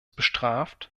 bestraft